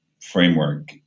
framework